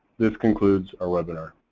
this concludes our webinar.